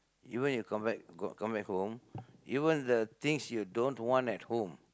even if come back got come back home even the things you don't want at home